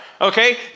Okay